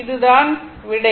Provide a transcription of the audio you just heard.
இது தான் விடை